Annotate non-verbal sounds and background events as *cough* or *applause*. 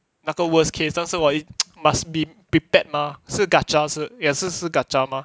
那个 worst case 但是我 *noise* must be prepared mah 是 gacha 是也是是 gacha mah